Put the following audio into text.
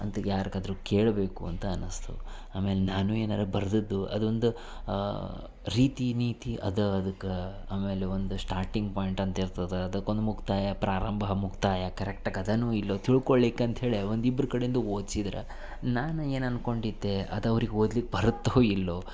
ಅಂತ ಯಾರಿಗಾದ್ರೂ ಕೇಳಬೇಕು ಅಂತ ಅನಿಸ್ತು ಆಮೇಲೆ ನಾನೂ ಏನಾರೂ ಬರೆದದ್ದು ಅದೊಂದು ರೀತಿ ನೀತಿ ಅದ ಅದಕ್ಕೆ ಆಮೇಲೆ ಒಂದು ಶ್ಟಾಟಿಂಗ್ ಪಾಯಿಂಟ್ ಅಂತ ಇರ್ತದೆ ಅದಕ್ಕೊಂದು ಮುಕ್ತಾಯ ಪ್ರಾರಂಭ ಮುಕ್ತಾಯ ಕರೆಕ್ಟಾಗಿ ಅದನೋ ಇಲ್ವೋ ತಿಳ್ಕೊಳ್ಲಿಕ್ಕೆ ಅಂತ್ಹೇಳಿ ಒಂದು ಇಬ್ರ ಕಡೆಯಿಂದ ಓದ್ಸಿದ್ರೆ ನಾನು ಏನು ಅಂದ್ಕೊಂಡಿದ್ದೆ ಅದು ಅವ್ರಿಗೆ ಓದ್ಲಿಕ್ಕೆ ಬರುತ್ತೋ ಇಲ್ವೋ